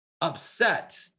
upset